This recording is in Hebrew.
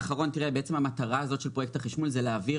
בעצם המטרה של פרויקט החשמול היא להעביר